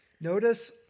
Notice